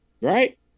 Right